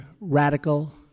radical